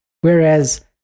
Whereas